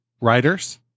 writers